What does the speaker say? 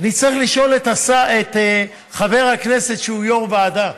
אני צריך לשאול את חבר הכנסת שהוא יו"ר ועדה: